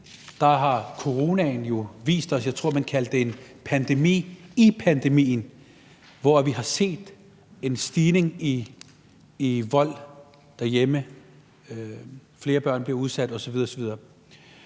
jo med coronaen set – jeg tror, man kaldte det en pandemi i pandemien – at der er sket en stigning i vold i hjemmet, at flere børn bliver udsat osv.